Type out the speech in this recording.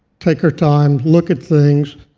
take our time, look at things,